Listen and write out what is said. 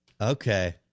Okay